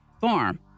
farm